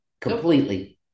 completely